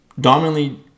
dominantly